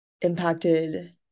impacted